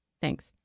Thanks